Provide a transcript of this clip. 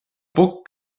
puc